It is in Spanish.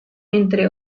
entre